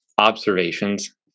observations